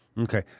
Okay